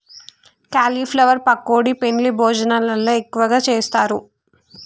cauliflower pakodi పెండ్లి భోజనాలల్ల ఎక్కువగా చేస్తారు